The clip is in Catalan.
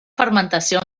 fermentació